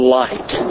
light